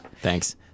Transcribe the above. Thanks